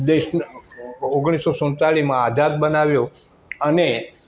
દેશને ઓગણીસ સો સુડતાલીસમાં આઝાદ બનાવ્યો અને